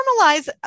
normalize